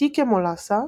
"איטי כמולאסה"